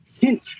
hint